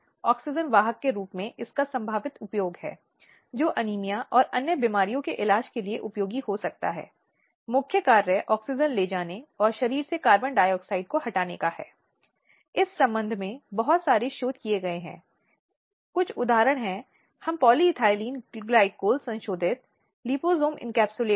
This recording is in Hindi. अब यह वास्तव में किसी अन्य व्यक्ति या अपराधी की ओर से किसी भी प्रकार के शारीरिक कार्य को शामिल नहीं करता है लेकिन केवल यह तथ्य है कि महिला को मिला हुआ व्यवहार ऐसा है कि यह महिला को मानसिक आघात या मानसिक पीड़ा का कारण बनता है